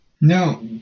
No